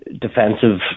defensive